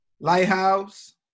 Lighthouse